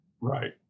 right